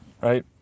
right